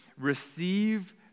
receive